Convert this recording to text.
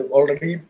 Already